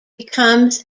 becomes